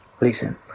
Listen